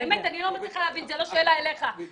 הוא חזר בעצם ביום רביעי.